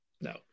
no